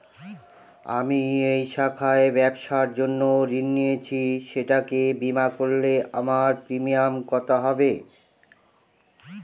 আমি এই শাখায় ব্যবসার জন্য ঋণ নিয়েছি সেটাকে বিমা করলে আমার প্রিমিয়াম কত হবে?